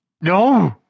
No